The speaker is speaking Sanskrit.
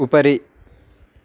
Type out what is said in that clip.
उपरि